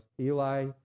Eli